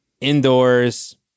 indoors